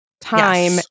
time